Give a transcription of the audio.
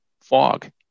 fog